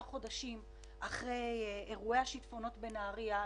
חודשים אחרי אירועי השיטפונות בנהריה.